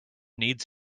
needs